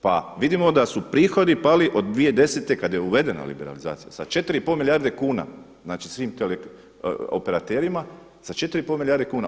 Pa vidimo da su prihodi pali od 2010. kada je uvedena liberalizacija sa 4,5 milijarde kuna svim operaterima, za 4,5 milijarde kuna.